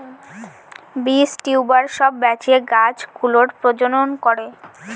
বীজ, টিউবার সব বাঁচিয়ে গাছ গুলোর প্রজনন করে